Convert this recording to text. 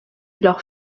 leurs